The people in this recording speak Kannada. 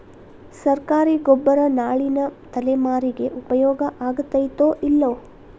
ಸರ್ಕಾರಿ ಗೊಬ್ಬರ ನಾಳಿನ ತಲೆಮಾರಿಗೆ ಉಪಯೋಗ ಆಗತೈತೋ, ಇಲ್ಲೋ?